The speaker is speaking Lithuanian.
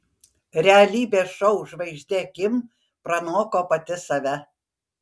realybės šou žvaigždė kim pranoko pati save